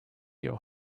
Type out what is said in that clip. your